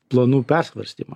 planų persvarstymą